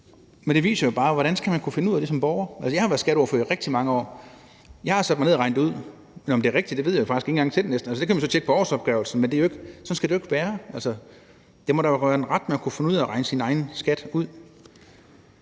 Men det viser jo bare: Hvordan skal man kunne finde ud af det som borger? Jeg har været skatteordfører i rigtig mange år. Jeg har sat mig ned og regnet det ud, men om det er rigtigt, ved jeg faktisk næsten ikke engang selv. Det kan man så tjekke på årsopgørelsen. Men sådan skal det jo ikke være. Det må da være en ret, at man kan finde ud af at regne sin egen skat ud.